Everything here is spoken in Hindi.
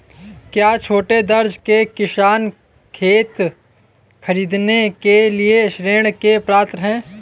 क्या छोटे दर्जे के किसान खेत खरीदने के लिए ऋृण के पात्र हैं?